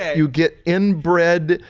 you get inbred.